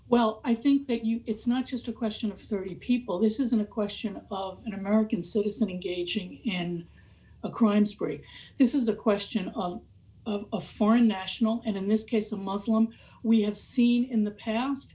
well i think that you it's not just a question of thirty people this isn't a question of an american citizen engaging in a crime spree this is a question of of a foreign national and in this case a muslim we have seen in the past